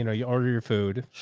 you know, you order your food?